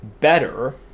better